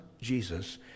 Jesus